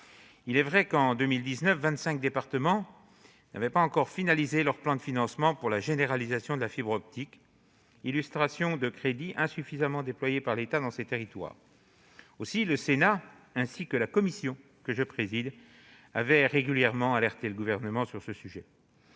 Il est vrai que, en 2019, vingt-cinq départements n'avaient pas encore finalisé leur plan de financement pour la généralisation de la fibre optique, illustration de crédits insuffisamment déployés par l'État dans ces territoires. Le Sénat, ainsi que la commission que je préside, avait régulièrement alerté le Gouvernement sur ce sujet.